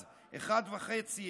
אז מיליון וחצי,